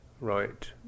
right